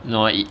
no in